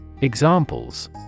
Examples